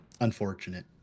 unfortunate